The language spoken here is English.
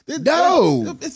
No